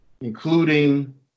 including